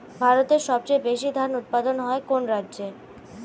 ভারতের সবচেয়ে বেশী ধান উৎপাদন হয় কোন রাজ্যে?